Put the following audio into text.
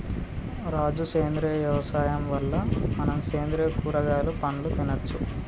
రాజు సేంద్రియ యవసాయం వల్ల మనం సేంద్రియ కూరగాయలు పండ్లు తినచ్చు